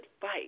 fight